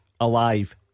alive